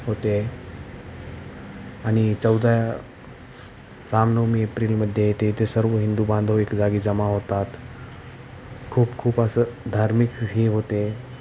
होते आणि चौदा रामनवमी एप्रिलमध्ये येते ते सर्व हिंदू बांधव एक जागी जमा होतात खूप खूप असं धार्मिक हे होते